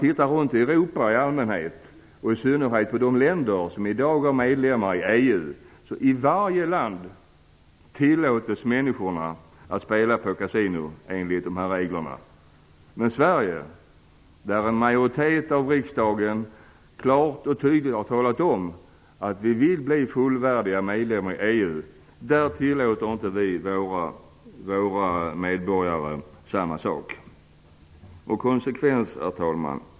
I Europa i allmänhet och i EU i synnerhet tillåts människorna i alla länder att spela på kasino efter dessa regler. I Sverige har en majoritet av riksdagen klart och tydligt talat om att vi vill bli fullvärdiga medlemmar i EU. Men vi tillåter inte våra medborgare samma sak. Herr talman!